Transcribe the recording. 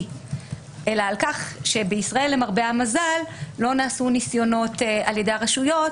אלא על כך שבישראל למרבה המזל לא נעשו ניסיונות על ידי הרשויות